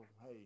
hey